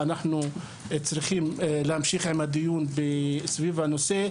אנחנו צריכים להמשיך עם הדיון סביב הנושא,